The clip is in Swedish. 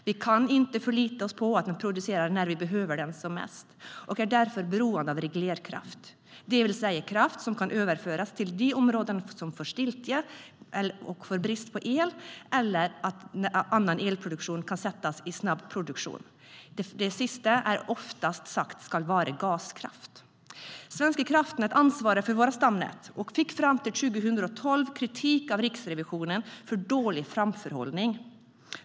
Vi kan inte förlita oss på att den producerar när vi behöver den som mest och är därför beroende av reglerkraft, det vill säga kraft som kan överföras till de områden som vid stiltje får brist på el, eller annan elproduktion som snabbt kan sättas i produktion. Det vanligaste alternativet är gaskraft. Svenska kraftnät ansvarar för våra stamnät och fick fram till 2012 kritik av Riksrevisionen för dålig framförhållning.